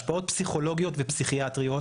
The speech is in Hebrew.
השפעות פסיכולוגיות ופסיכיאטריות,